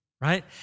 right